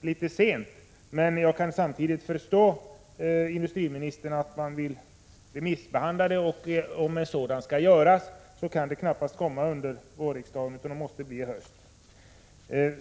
litet sent. Men jag kan samtidigt förstå att industriministern vill remissbehandla förslaget, och om det skall ske kan knappast något förslag komma under vårriksdagen utan det måste då bli i höst.